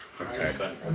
Okay